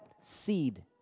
seed